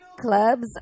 clubs